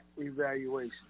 evaluation